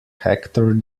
hector